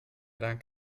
dank